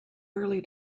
early